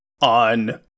on